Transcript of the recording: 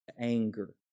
anger